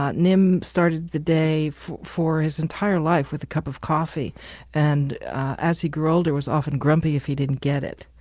ah nim started the day for his entire life with a cup of coffee and as he grew older was often grumpy if he didn't get it.